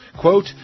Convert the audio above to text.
Quote